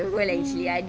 mm